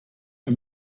are